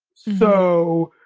so,